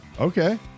Okay